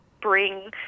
bring